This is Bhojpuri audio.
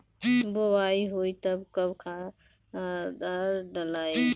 बोआई होई तब कब खादार डालाई?